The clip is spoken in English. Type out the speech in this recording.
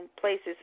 places